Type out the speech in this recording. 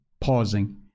pausing